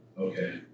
Okay